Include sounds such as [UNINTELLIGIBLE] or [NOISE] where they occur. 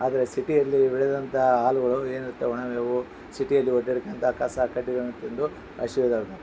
ಆದರೆ ಸಿಟಿಯಲ್ಲಿ ಬೆಳೆದಂಥ ಹಾಲುಗಳು ಏನಿರುತ್ತವೆ ಅವು ಸಿಟಿಯಲ್ಲಿ ಓಡಾಡಕೊಳ್ತ ಕಸ ಕಡ್ಡಿಗಳನ್ನು ತಿಂದು [UNINTELLIGIBLE]